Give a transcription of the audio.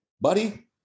Buddy